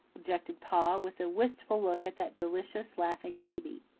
objected pa, with a wistful look at that delicious, laughing baby.